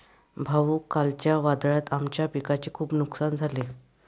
भाऊ, कालच्या वादळात आमच्या पिकाचे खूप नुकसान झाले